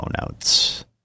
notes